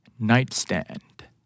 Nightstand